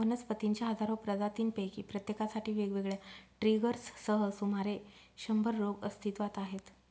वनस्पतींच्या हजारो प्रजातींपैकी प्रत्येकासाठी वेगवेगळ्या ट्रिगर्ससह सुमारे शंभर रोग अस्तित्वात आहेत